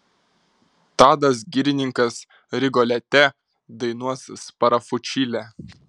tadas girininkas rigolete dainuos sparafučilę